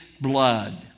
blood